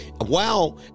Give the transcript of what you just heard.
Wow